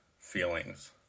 feelings